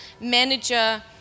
manager